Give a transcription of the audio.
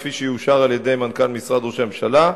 כפי שיאושר על-ידי מנכ"ל משרד ראש הממשלה,